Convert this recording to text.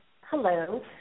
Hello